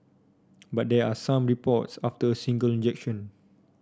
but there are some reports after a single injection